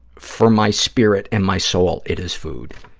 for my spirit and my soul, it is food.